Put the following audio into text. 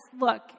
look